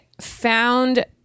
found